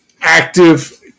active